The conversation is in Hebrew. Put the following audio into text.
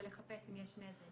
ולחפש אם יש נזק,